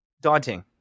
daunting